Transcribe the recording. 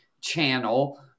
channel